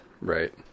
Right